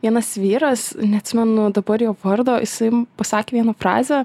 vienas vyras neatsimenu dabar jo vardo jisai pasakė vieną frazę